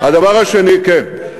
הכי חשובה.